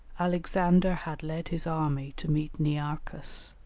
alexander had led his army to meet nearchus.